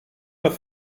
pas